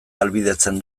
ahalbidetzen